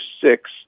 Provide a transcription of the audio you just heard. six